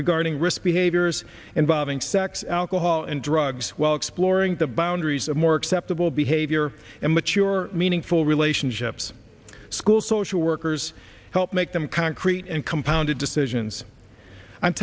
regarding risk behaviors involving sex alcohol and drugs while exploring the boundaries of more acceptable behavior and mature meaningful relationships school social workers help make them concrete and compounded decisions on